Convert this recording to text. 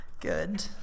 Good